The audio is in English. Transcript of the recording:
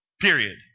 period